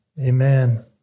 Amen